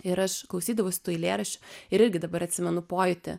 ir aš klausydavaus tų eilėraščių ir irgi dabar atsimenu pojūtį